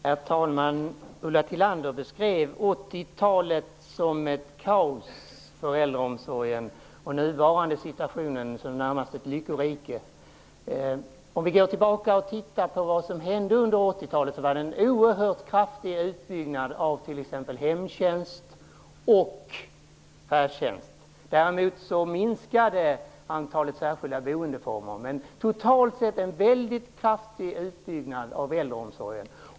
Herr talman! Ulla Tillander beskrev 80-talet som ett kaos för äldreomsorgen och den nuvarande situationen som närmast ett lyckorike. Vi går tillbaka och tittar på vad som hände under 80-talet. Då skedde en oerhört kraftig utbyggnad av t.ex. hemtjänst och färdtjänst. Däremot minskade antalet särskilda boendeformer. Men totalt sett skedde en mycket kraftig utbyggnad av äldreomsorgen.